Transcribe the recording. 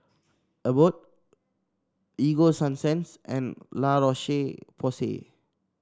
Abbott Ego Sunsense and La Roche Porsay